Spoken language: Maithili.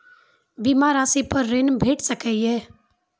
बीमा रासि पर ॠण भेट सकै ये?